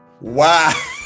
Wow